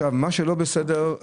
מה שלא בסדר.